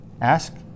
Ask